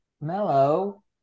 Mellow